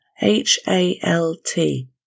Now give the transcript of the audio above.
H-A-L-T